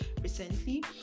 recently